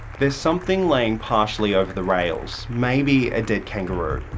there's something laying partially over the rails maybe a dead kangaroo?